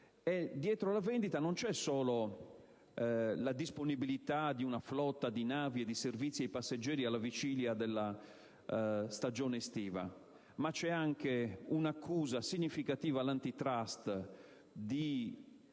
Dietro la vendita non c'è solo la disponibilità di una flotta di navi e di servizi ai passeggeri alla vigilia della stagione estiva, ma anche un'accusa significativa all'*Antitrust* di